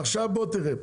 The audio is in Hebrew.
עכשיו בוא תראה,